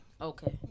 Okay